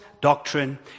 doctrine